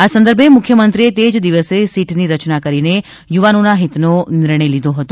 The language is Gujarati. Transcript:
આ સંદર્ભે મુખ્યમંત્રીએ તે જ દિવસે સીટની રચના કરીને યુવાનોના હિતનો નિર્ણય લીધો હતો